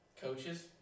coaches